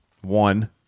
One